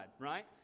right